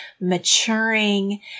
maturing